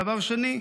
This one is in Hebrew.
דבר שני,